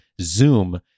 Zoom